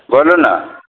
सुनू ने